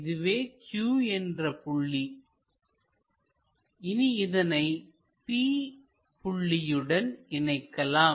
இதுவே q என்ற புள்ளி இனி இதனை p புள்ளியுடன் இணைக்கலாம்